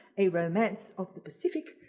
a romance of the pacific,